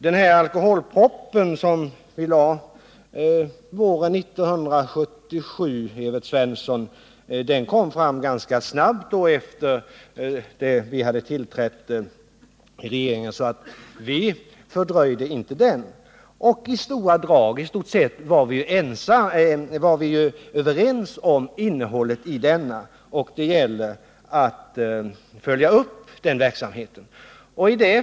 Den alkoholproposition som vi lade fram våren 1977, Evert Svensson, kom ganska snart efter det att vår regering hade tillträtt, så vi fördröjde den inte. I stort sett var vi ju ense om innehållet i propositionen, och det gäller att följa upp denna verksamhet.